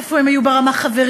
איפה הם היו ברמה החברית?